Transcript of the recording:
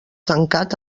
tancat